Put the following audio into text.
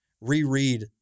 reread